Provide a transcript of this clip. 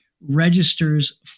registers